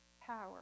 power